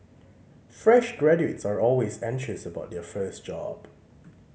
fresh graduates are always anxious about their first job